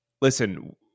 listen